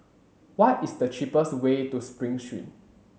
what is the cheapest way to Spring Street